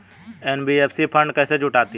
NBFC fund कैसे जुटाती है?